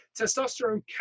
testosterone